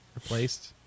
Replaced